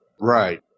Right